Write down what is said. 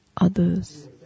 others